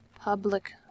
public